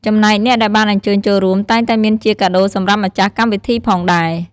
ចំណែកអ្នកដែលបានអញ្ជើញចូលរួមតែងតែមានជាកាដូរសម្រាប់ម្ចាស់កម្មវិធីផងដែរ។